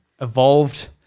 Evolved